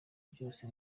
byose